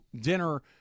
dinner